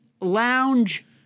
lounge